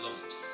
lumps